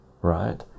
right